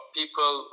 people